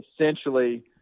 essentially